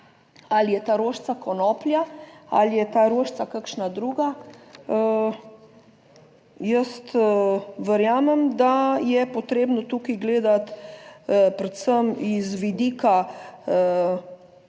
ali je ta rožica konoplja ali je ta rožica kakšna druga? Jaz verjamem, da je potrebno tukaj gledati predvsem iz vidika